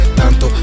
tanto